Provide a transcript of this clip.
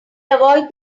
avoid